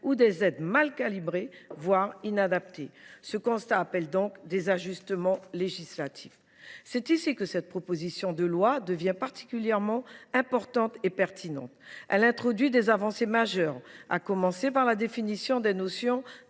sont mal calibrées, voire inadaptées. Ce constat appelle donc des ajustements législatifs. C’est sur ce point que cette proposition de loi est particulièrement importante et pertinente : elle porte des avancées majeures, à commencer par l’inscription des définitions